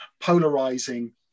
polarizing